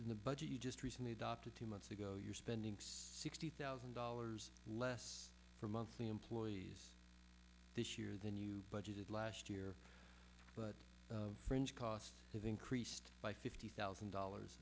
the budget you just recently adopted two months ago you're spending sixty thousand dollars less for monthly employees this year the new budget last year but the fringe cost of increased by fifty thousand dollars